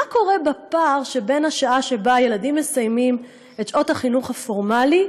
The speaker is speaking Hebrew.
מה קורה בפער שבין השעה שבה הילדים מסיימים את שעות החינוך הפורמלי,